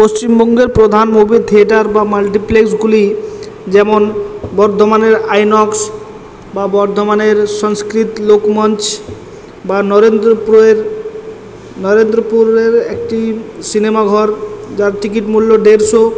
পশ্চিমবঙ্গের প্রধান movie theatre বা মাল্টিপ্লেক্সগুলি যেমন বর্ধমানের আইনক্স বা বর্ধমানের সংস্কৃত লোকমঞ্চ বা নরেন্দ্রপ্রয়ের নরেন্দ্রপুরের একটি সিনেমা ঘর যার টিকিট মূল্য দেড়শো